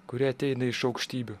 kuri ateina iš aukštybių